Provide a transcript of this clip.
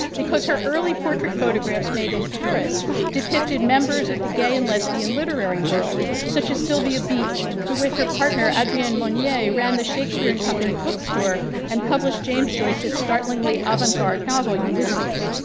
because her early portrait photographs made in paris depicted members of the gay and lesbian literary world, such as sylvia beach, who with her partner adrienne monnier, ran the shakespeare and company bookstore and published james joyce's startlingly avant-garde novel, ulysses.